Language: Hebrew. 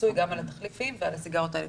המיסוי גם על התחליפים ועל הסיגריות האלקטרוניות.